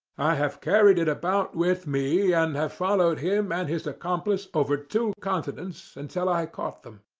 i have carried it about with me, and have followed him and his accomplice over two continents until i caught them.